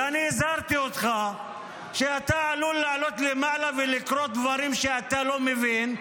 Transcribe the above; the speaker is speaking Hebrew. ואני הזהרתי אותך שאתה עלול לעלות למעלה ולקרוא דברים שאתה לא מבין,